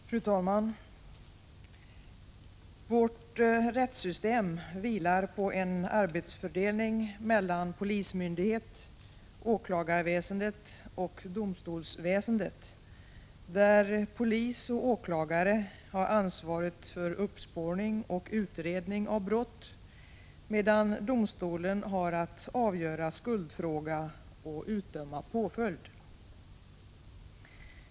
Fru talman! Vårt rättssystem vilar på en arbetsfördelning mellan polismyndigheten, åklagarväsendet och domstolsväsendet. Polis och åklagare har ansvar för uppspårning och utredning av brott, medan domstolarna har att avgöra skuldfrågan och att utdöma påföljd.